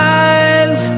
eyes